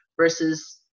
versus